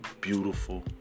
beautiful